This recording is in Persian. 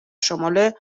شمال